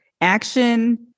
action